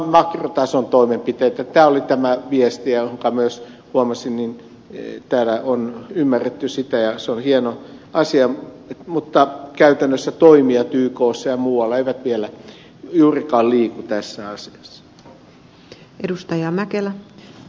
tämä oli tämä viesti jota myös huomasin täällä ymmärretyn mikä on hieno asia mutta käytännössä toimijat ykssa ja muualla eivät vielä juurikaan liiku tässä asiassa